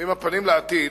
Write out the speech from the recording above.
עם הפנים לעתיד,